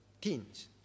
teens